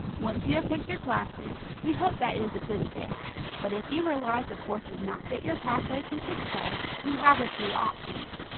once you have picked your classes, we hope that it is a good fit but if you realize the course does not fit your pathway to success you have a few options.